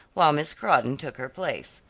while miss crawdon took her place.